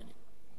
אתה צודק.